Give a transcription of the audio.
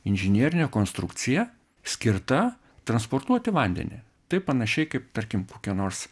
inžinerinė konstrukcija skirta transportuoti vandenį taip panašiai kaip tarkim kokia nors